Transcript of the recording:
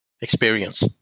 experience